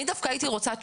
אני דווקא הייתי רוצה,